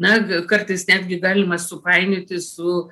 na kartais netgi galima supainioti su